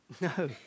No